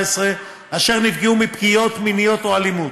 אשר נפגעו מפגיעות מיניות או אלימות,